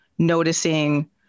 noticing